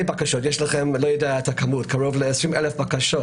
בקשות אני לא יודע את המספר המדויק אבל יש כ-20 אלף בקשות